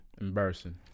Embarrassing